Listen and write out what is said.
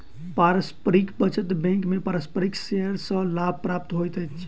पारस्परिक बचत बैंक में पारस्परिक शेयर सॅ लाभ प्राप्त होइत अछि